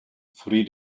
three